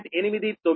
89